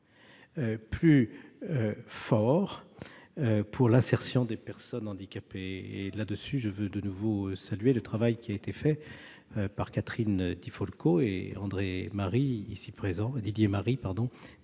plus important pour l'insertion des personnes handicapées- sur ce point, je veux de nouveau saluer le travail qui a été fait par Catherine Di Folco et André Marie ici présent. Didier Marie !